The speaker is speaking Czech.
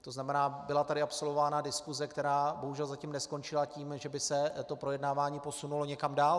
To znamená, byla tady absolvována diskuse, která bohužel zatím neskončila tím, že by se to projednávání posunulo někam dál.